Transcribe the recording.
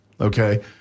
okay